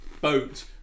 boat